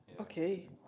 Okay